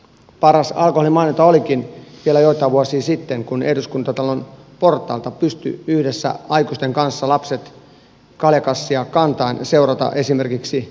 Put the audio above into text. paras alkoholimainonta olikin vielä joitain vuosia sitten kun eduskuntatalon portailta pystyivät yhdessä aikuisten kanssa lapset kaljakassia kantaen seuraamaan esimerkiksi ilotulituskilpailuja